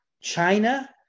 China